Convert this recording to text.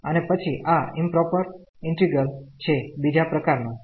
અને પછી આ ઈમપ્રોપર ઇન્ટિગ્રલ છે બીજા પ્રકાર નું